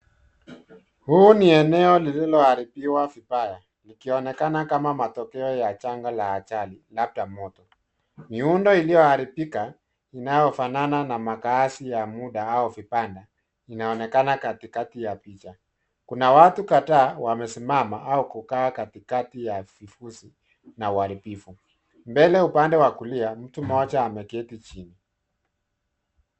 Huu ni eneo lililoharibiwa vibaya ikionekana kama matokeo ya janga la ajali, labda moto miundo iliyoharibika inayofanana na makaazi ya muda au vibanda inaonekana katikati ya picha. Kuna watu kadhaa wamesimama au kukaa katikati ya vifuzi na uharibifu. Mbele upande wa kulia mtu mmoja ameketi chini.